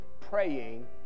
praying